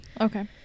Okay